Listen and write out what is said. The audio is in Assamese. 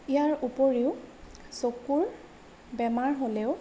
ইয়াৰ ওপৰিও চকুৰ বেমাৰ হ'লেও